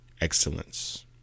excellence